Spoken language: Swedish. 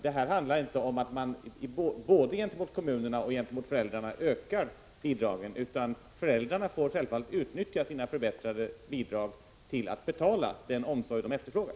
Det handlar alltså inte om att öka bidragen både gentemot kommunerna och gentemot föräldrarna, utan föräldrarna får utnyttja sina förbättrade bidrag till att betala den omsorg de efterfrågar.